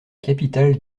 capitale